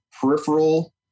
peripheral